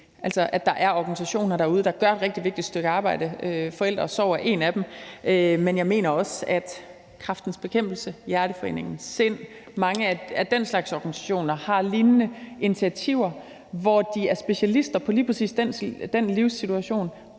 at der er organisationer derude, der gør et rigtig vigtigt stykke arbejde. Forældre & Sorg er en af dem, men jeg mener også, at mange af den slags organisationer som Kræftens Bekæmpelse, Hjerteforeningen og SIND har lignende initiativer, hvor de er specialister på lige præcis den livssituation,